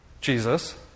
Jesus